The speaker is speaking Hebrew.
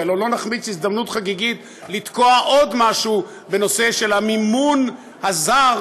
כי הלוא לא נחמיץ הזדמנות חגיגית לתקוע עוד משהו בנושא של המימון הזר,